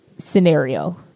Scenario